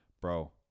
Bro